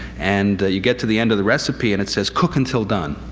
and you get to the end of the recipe and it says, cook until done.